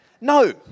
No